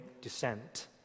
descent